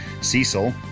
Cecil